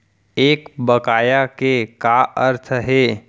एक बकाया के का अर्थ हे?